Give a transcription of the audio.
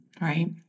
right